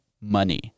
money